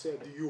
נושא הדיור,